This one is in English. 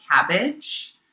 cabbage